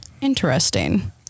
interesting